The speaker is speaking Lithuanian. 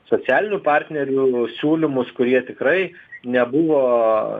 socialinių partnerių siūlymus kurie tikrai nebuvo